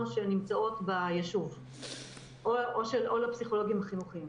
שנמצאות ביישוב או בפסיכולוגים החינוכיים.